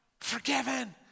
forgiven